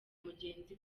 mugenzi